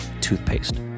toothpaste